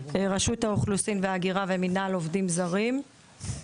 רשות האוכלוסין וההגירה ומנהל עובדים זרים.